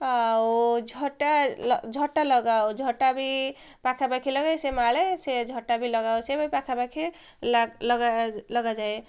ଆଉ ଝଟା ଝଟା ଲଗାାଉ ଝଟା ବି ପାଖାପାଖି ଲଗେଇ ସେ ମାଡ଼େ ସେ ଝଟା ବି ଲଗାଉ ସେ ବି ପାଖାପାଖି ଲଗାଯାଏ